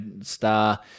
star